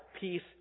peace